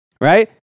right